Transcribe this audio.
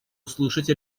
услышать